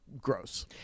gross